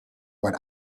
what